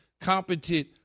competent